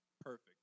perfect